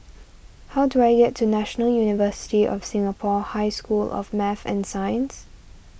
how do I get to National University of Singapore High School of Math and Science